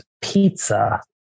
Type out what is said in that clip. Pizza